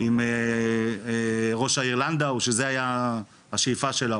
עם ראש העיר לנדאו שזו הייתה השאיפה שלו,